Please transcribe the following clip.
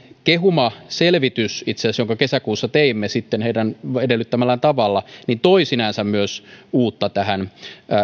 kehuma selvitys itse asiassa jonka kesäkuussa teimme sitten heidän edellyttämällään tavalla toi sinänsä myös uutta tähän